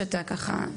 אז בבקשה.